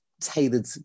tailored